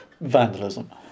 Vandalism